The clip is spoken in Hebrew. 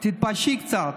תתביישי קצת.